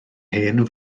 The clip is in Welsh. hen